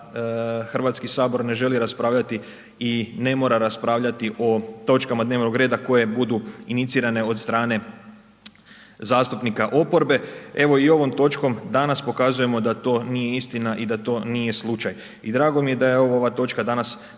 da HS ne želi raspravljati i ne mora raspravljati o točkama dnevnog reda koje budu inicirane od strane zastupnika oporbe. Evo i ovom točkom danas pokazujemo da to nije istina i da to nije slučaj i drago mi je da je ovo, ova točka danas